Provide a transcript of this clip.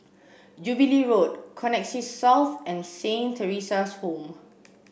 Jubilee Road Connexis South and Saint Theresa's Home